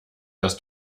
dass